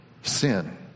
sin